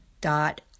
dot